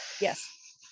yes